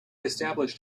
established